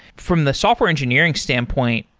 from the software engineering standpoint,